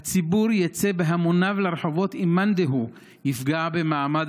הציבור יצא בהמוניו לרחובות אם מאן דהוא יפגע במעמד